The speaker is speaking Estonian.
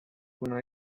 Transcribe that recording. kuna